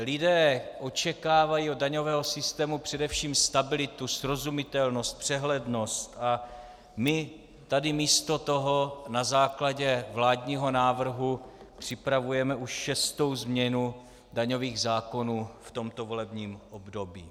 Lidé očekávají od daňového systému především stabilitu, srozumitelnost, přehlednost, a my tady místo toho na základě vládního návrhu připravujeme už šestou změnu daňových zákonů v tomto volebním období.